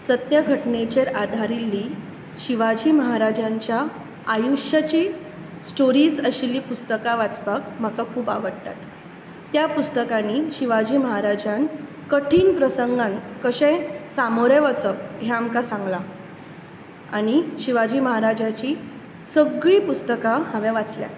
सत्य घटनेचेर आदारिल्ली शिवाजी महाराजांच्या आयुश्याची स्टोरी आशिल्ली पुस्तकां वाचपाक म्हाका खूब आवडटात त्या पुस्तकांनी शिवाजी महाराजान कठीन प्रसंगान कशें सामोरें वचप हे आमकां सांगला आनी शिवाजी महाराजाची सगळी पुस्तकां हांवे वाचल्यांत